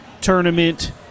tournament